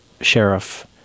Sheriff